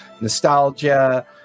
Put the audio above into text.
nostalgia